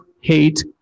hate